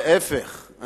להיפך.